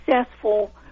successful